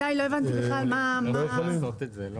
הם לא יכולים לעשות את זה.